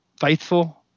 faithful